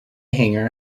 hangar